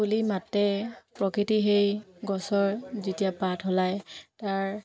কুলিৰ মাতে প্ৰকৃতি সেই গছৰ যেতিয়া পাত সলায় তাৰ